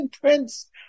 prince